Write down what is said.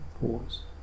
Pause